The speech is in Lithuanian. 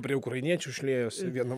prie ukrainiečių šliejosi viena